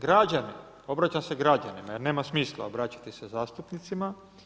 Građane, obraćam se građanima jer nema smisla obraćati se zastupnicima.